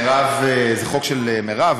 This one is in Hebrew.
זה חוק של מירב,